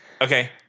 Okay